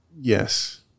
Yes